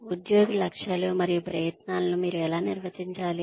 ఉద్యోగి లక్ష్యాలు మరియు ప్రయత్నాలను మీరు ఎలా నిర్వచించాలి